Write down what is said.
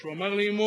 הוא אמר לאמו: